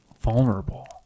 vulnerable